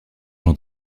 jean